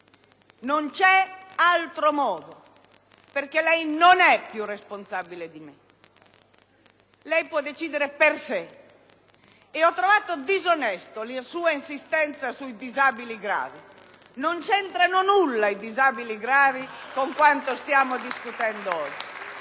Non c'è altro modo. Perché lei non è più responsabile di me; lei può decidere per sé. Ho trovato quindi disonesta, signor relatore, la sua insistenza sui disabili gravi: non c'entrano nulla i disabili gravi con quanto stiamo discutendo oggi!